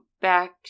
back